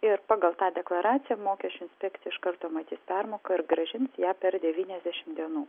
ir pagal tą deklaraciją mokesčių inspekcija iš karto matys permoką ir grąžins ją per devyniasdešimt dienų